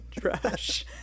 trash